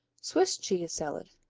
swiss cheese salad